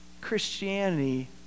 Christianity